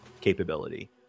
capability